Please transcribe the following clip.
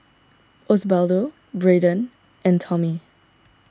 Osbaldo Braeden and Tommy